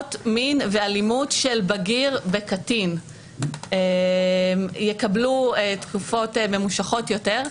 עבירות מין ואלימות של בגיר בקטין יקבלו תקופות ממושכות יותר.